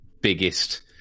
biggest